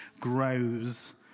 grows